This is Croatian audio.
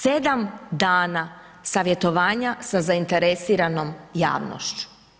Sedam dana savjetovanja sa zainteresiranom javnošću.